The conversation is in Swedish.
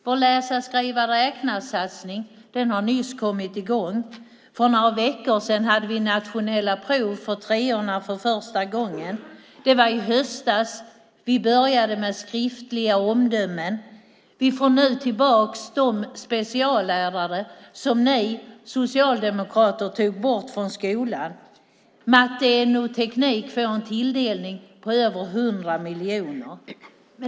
Vår läsa-skriva-räkna-satsning har nyss kommit i gång. För några veckor sedan hade vi nationella prov för treorna för första gången. Det var i höstas som vi började med skriftliga omdömen. Vi får nu tillbaka de speciallärare som ni socialdemokrater tog bort från skolan. Matte, no-ämnen och teknik får en tilldelning på 100 miljoner.